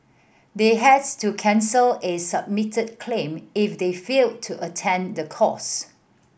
they has to cancel a submitted claim if they failed to attend the course